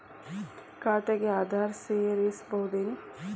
ಖಾತೆಗೆ ಆಧಾರ್ ಸೇರಿಸಬಹುದೇನೂ?